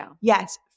yes